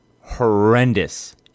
horrendous